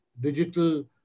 digital